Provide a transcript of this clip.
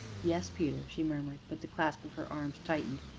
yes, peter, she murmured, but the clasp of her arms tightened.